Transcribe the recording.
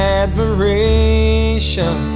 admiration